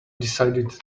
decided